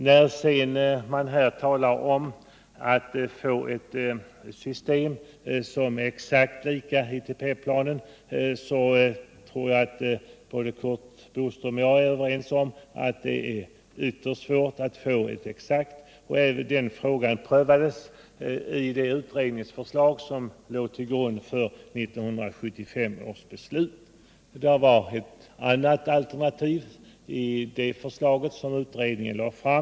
När man sedan talar om att få ett system som är exakt lika ITP-planen så tror jag att Kurt Boström och jag är överens om att det är ytterst svårt att få detta exakt. Den frågan prövades i förarbetet till det utredningsförslag som låg till grund för 1975 års beslut. Men det var ett annat förslag som utredningen då lade fram.